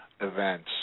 events